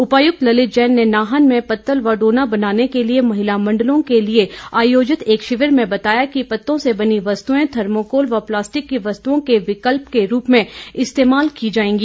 उपायुक्त ललित जैन ने नाहन में पत्तल व डोना बनाने के लिए महिलामंडलों के लिए आयोजित एक शिविर में बताया कि पत्तों से बनी वस्तुएं थर्मोकॉल व प्लास्टिक की वस्तुओं के विकल्प के रूप में इस्तेमाल की जाएंगी